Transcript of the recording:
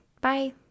bye